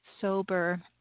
sober